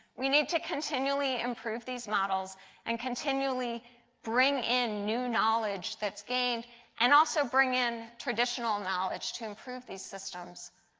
we need to continually improve these models and continually bring in new knowledge that is gained and also bring in traditional knowledge to improve the systems.